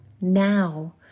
now